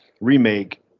remake